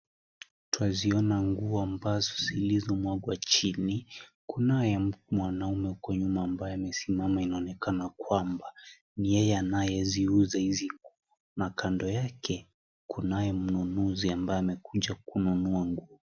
Twaziona nguo ambazo zilizomwagwa chini kunaye mwanaume huko nyuma ambaye amesimama inaonekana kwamba ni yeye anayeziuza hizi na kando yake kunaye mnunuzi ambaye amekuja kununua nguo.